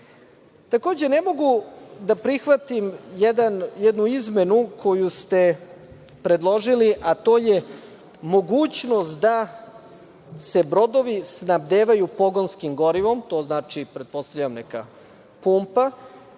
ispune. Takođe, ne mogu da prihvatim jednu izmenu koju ste predložili, a to je mogućnost da se brodovi snabdevaju pogonskim gorivom, to znači pretpostavljam neka pumpa,